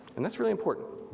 and that's really important,